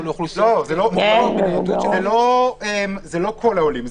זה לא לכל העולים,